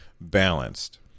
balanced